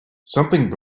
something